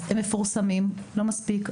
הם מפורסמים, לא מספיק.